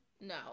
no